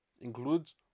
Includes